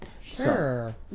Sure